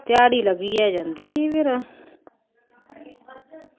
ध्याड़ी लग्गी गै जंदी ही फिर